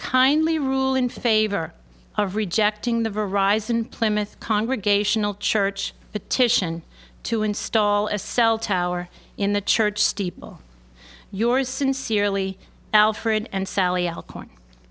kindly rule in favor of rejecting the rise in plymouth congregational church petition to install a cell tower in the church steeple yours sincerely alfred and sally l